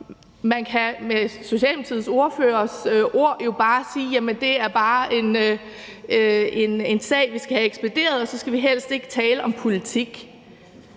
Man kan med Socialdemokratiets ordførers ord sige, at det bare er en sag, vi skal have ekspederet, og så skal vi helst ikke tale om politik.